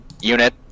unit